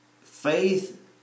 faith